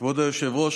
היושב-ראש,